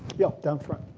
yeah, down front.